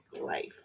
life